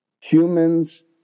Humans